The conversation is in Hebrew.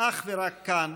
אך ורק כאן,